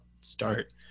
start